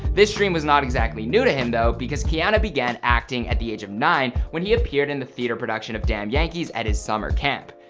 this dream was not exactly new to him though. keanu began acting at the age of nine when he appeared in the theatre production of damn yankees at his summer camp.